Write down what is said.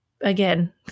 again